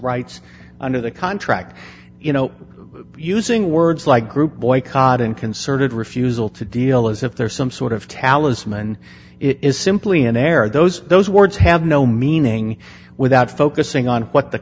rights under the contract you know using words like group boycott in concerted refusal to deal as if there's some sort of talisman it is simply in error those those words have no meaning without focusing on what the